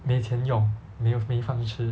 没钱用没有没饭吃